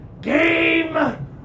Game